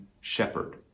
shepherd